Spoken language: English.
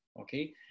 okay